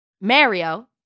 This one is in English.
Mario